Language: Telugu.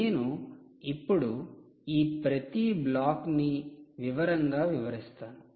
నేను ఇప్పుడు ఈ ప్రతి బ్లాక్ని వివరంగా వివరిస్తాను